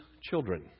children